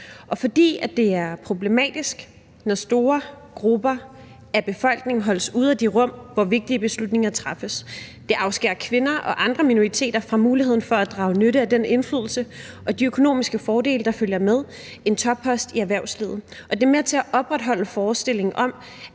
op, fordi det er problematisk, når store grupper af befolkningen holdes ude af de rum, hvor vigtige beslutninger træffes. Det afskærer kvinder og andre minoriteter fra muligheden for at drage nytte af den indflydelse og de økonomiske fordele, der følger med en toppost i erhvervslivet. Og det er med til at opretholde forestillingen om,